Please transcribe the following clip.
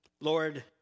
Lord